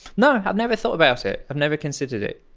no! i've never thought about it. i've never considered it,